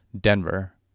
denver